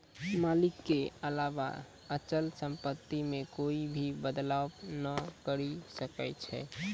मालिक के अलावा अचल सम्पत्ति मे कोए भी बदलाव नै करी सकै छै